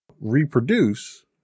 reproduce